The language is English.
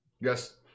Yes